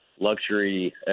luxury